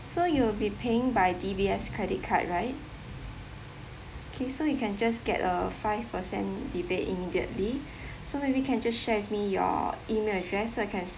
so you'll be paying by D_B_S credit card right okay so you can just get a five percent rebate immediately so maybe can just share with me your email address so I can